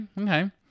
okay